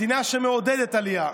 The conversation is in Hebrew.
מדינה שמעודדת עלייה.